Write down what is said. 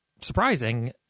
surprising